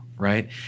Right